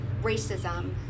racism